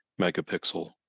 megapixel